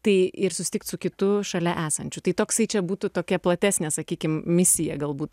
tai ir susitikt su kitu šalia esančiu tai toksai čia būtų tokia platesnė sakykim misija galbūt